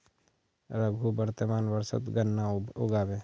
रघु वर्तमान वर्षत गन्ना उगाबे